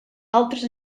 altres